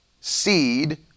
seed